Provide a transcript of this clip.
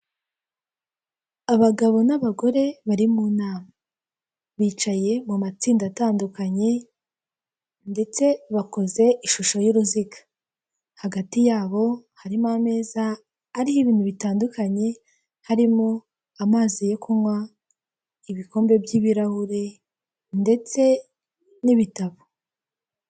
Abagabo n'abagore bari mu nama bicaye mu matsinda atandukanye, ndetse bakoze ishusho y'uruziga hagati yabo harimo ameza ariho ibintu bitandukanye harimo; amazi yo kunywa ibikombe by'ibirahure ndetse n'ibitabo.